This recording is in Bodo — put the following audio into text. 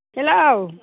हेल'